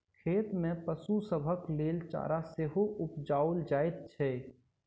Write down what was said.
खेत मे पशु सभक लेल चारा सेहो उपजाओल जाइत छै